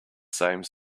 same